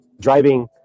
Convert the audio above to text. driving